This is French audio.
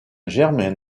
germain